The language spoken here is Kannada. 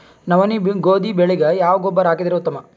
ನವನಿ, ಗೋಧಿ ಬೆಳಿಗ ಯಾವ ಗೊಬ್ಬರ ಹಾಕಿದರ ಉತ್ತಮ?